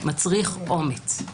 מצריך אומץ.